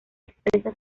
expresa